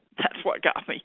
that's what goffe, yeah